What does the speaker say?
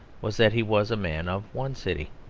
was that he was a man of one city.